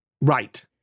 Right